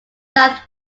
south